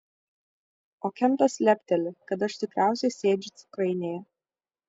o kentas lepteli kad aš tikriausiai sėdžiu cukrainėje